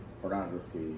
pornography